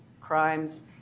crimes